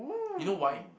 you know why